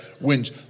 winds